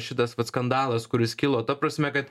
šitas skandalas kuris kilo ta prasme kad